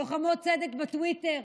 לוחמות צדק בטוויטר,